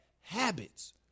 habits